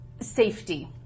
safety